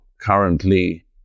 currently